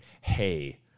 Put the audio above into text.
hey